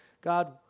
God